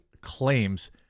claims